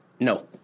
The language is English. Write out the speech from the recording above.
No